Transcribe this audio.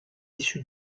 issu